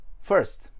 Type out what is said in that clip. First